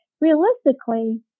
realistically